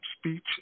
speech